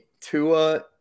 Tua